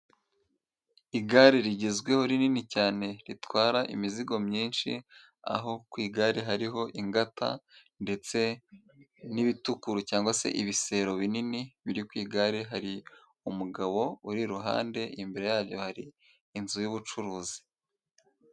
Igare rigezweho rinini cyane, ritwara imizigo myinshi. Aho ku igare hariho ingata ndetse n'ibitukuru cyangwa se ibisebo binini biri ku igare. Hari umugabo uri iruhande, imbere yaryo hari inzu y'ubucuruzi.